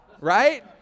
right